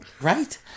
Right